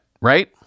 right